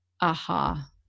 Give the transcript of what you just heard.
aha